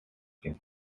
since